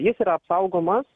jis yra apsaugomas